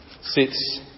sits